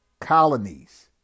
colonies